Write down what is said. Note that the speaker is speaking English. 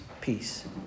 peace